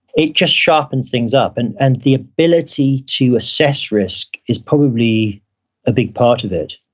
it just sharpens things up. and and the ability to assess risk is probably a big part of it.